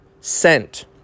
Sent